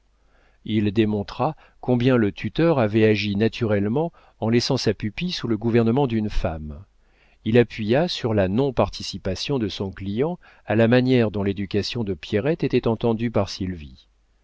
il démontra combien le tuteur avait agi naturellement en laissant sa pupille sous le gouvernement d'une femme il appuya sur la non participation de son client à la manière dont l'éducation de pierrette était entendue par sylvie